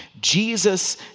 Jesus